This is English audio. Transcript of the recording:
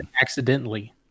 accidentally